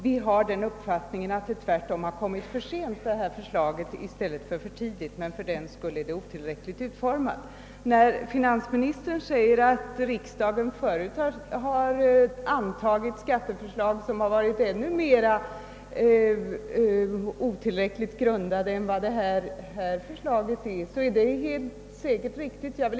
Vi har ju den uppfattningen att det här förslaget har kommit för sent och inte för tidigt. En annan sak är att förslaget inte är bra utformat. När finansministern säger att riksdagen förut har antagit skatteförslag som varit ännu mera otillräckligt grundade än vad det här förslaget är, så är det helt säkert riktigt.